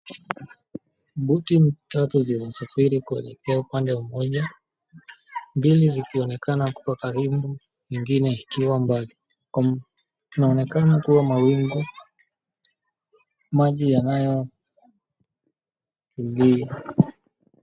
Boti chache zinasafiri kuelekea upande mmoja mbili zikionekana kwa karibu nyingine mbali. Kunaonekana kuwa mawingu maji yanayotulia.